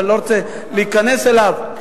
ואני לא רוצה להיכנס אליו,